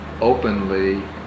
openly